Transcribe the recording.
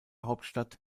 hauptstadt